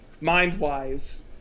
mind-wise